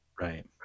Right